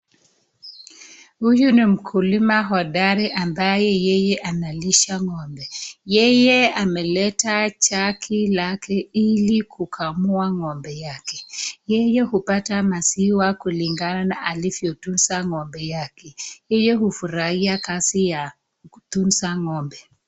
Huyu ni mkulima hodari ambaye yeye analisha ng'ombe. Yeye ameleta jegi lake ili kukamua ng'ombe yake, yeye hupata maziwa kulingana na alivyotunza ng'ombe yake. Yeye hufurahia kazi ya kutunza ng'ombe.